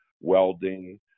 welding